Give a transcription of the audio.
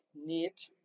knit